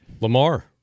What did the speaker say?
Lamar